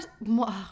more